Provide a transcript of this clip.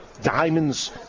diamonds